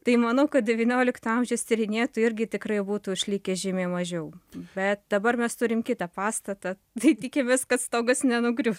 tai manau kad devyniolikto amžiaus tyrinėtojų irgi tikrai būtų išlikę žymiai mažiau bet dabar mes turim kitą pastatą tai tikimės kad stogas nenugrius